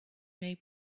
may